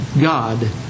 God